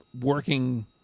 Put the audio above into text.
working